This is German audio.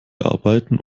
arbeiten